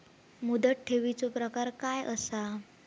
मुदत ठेवीचो प्रकार काय असा?